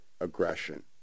aggression